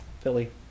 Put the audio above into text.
Philly